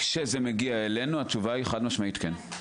כשזה מגיע אלינו, התשובה היא: חד-משמעית, כן.